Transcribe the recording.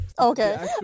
okay